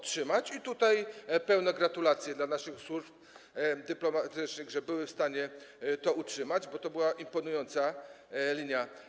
Tutaj pełne gratulacje dla naszych służb dyplomatycznych, że były w stanie to utrzymać, bo to była imponująca linia.